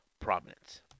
Prominence